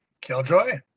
Killjoy